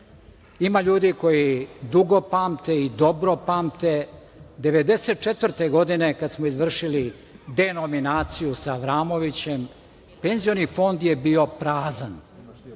ljudi koji dugo pamte i dobro pamte - 1994. godine kada smo izvršili denominaciju sa Avramovićem, Penzioni fond je bio prazan.